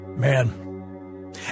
Man